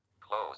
close